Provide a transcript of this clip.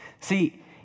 See